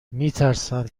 میترسند